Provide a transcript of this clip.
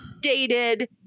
dated